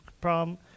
Problem